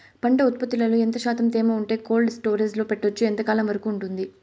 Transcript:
పంట ఉత్పత్తులలో ఎంత శాతం తేమ ఉంటే కోల్డ్ స్టోరేజ్ లో పెట్టొచ్చు? ఎంతకాలం వరకు ఉంటుంది